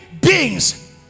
beings